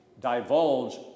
divulge